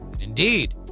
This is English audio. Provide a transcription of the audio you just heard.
indeed